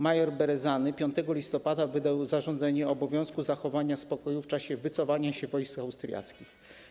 Major Brezany 5 listopada wydał zarządzenie o obowiązku zachowania spokoju w czasie wycofywania się wojsk austriackich.